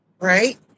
right